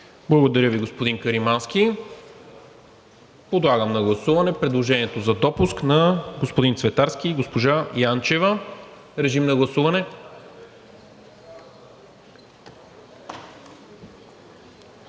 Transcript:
Благодаря Ви, господин Каримански. Подлагам на гласуване предложението за допуск на господин Цветарски и госпожа Янчева. Гласували